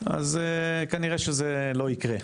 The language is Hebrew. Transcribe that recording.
אז כנראה שזה לא יקרה.